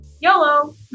YOLO